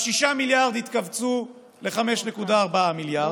ה-6 מיליארד התכווצו ל-5.4 מיליארד,